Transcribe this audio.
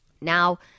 Now